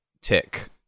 tick